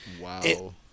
Wow